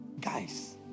guys